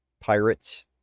pirates